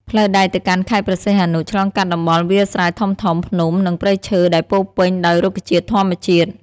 ផ្លូវដែកទៅកាន់ខេត្តព្រះសីហនុ ឆ្លងកាត់តំបន់វាលស្រែធំៗ ភ្នំ និងព្រៃឈើដែលពោរពេញដោយរុក្ខជាតិធម្មជាតិ។